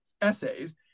essays